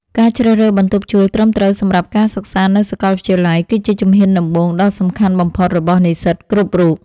ការជ្រើសរើសបន្ទប់ជួលត្រឹមត្រូវសម្រាប់ការសិក្សានៅសាកលវិទ្យាល័យគឺជាជំហានដំបូងដ៏សំខាន់បំផុតរបស់និស្សិតគ្រប់រូប។